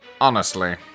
Honestly